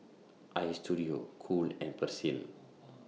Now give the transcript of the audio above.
Istudio Cool and Persil